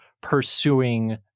pursuing